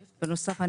בנוסף,